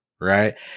Right